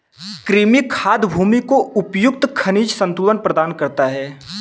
कृमि खाद भूमि को उपयुक्त खनिज संतुलन प्रदान करता है